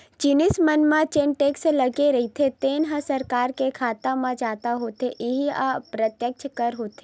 जिनिस मन म जेन टेक्स लगे रहिथे तेन ह सरकार के खाता म जता होथे इहीं ह अप्रत्यक्छ कर होथे